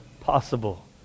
possible